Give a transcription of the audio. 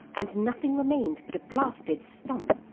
and nothing remained but a blasted stump.